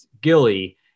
Gilly